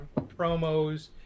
promos